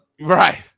Right